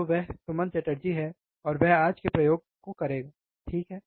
तो वह सुमन चटर्जी है और वह आज के प्रयोग करेगा ठीक है